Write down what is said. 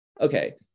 Okay